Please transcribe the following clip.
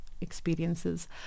Experiences